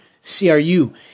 C-R-U